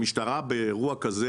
המשטרה באירוע כזה,